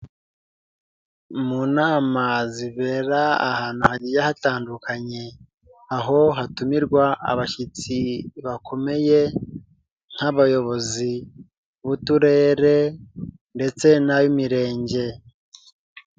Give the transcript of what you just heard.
Mu nama zibera ahantu hagiye hatandukanye, aho hatumirwa abashyitsi bakomeye nk'abayobozi b'uturere ndetse n'ab'imirenge.